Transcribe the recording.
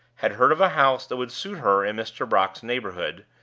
had heard of a house that would suit her in mr. brock's neighborhood,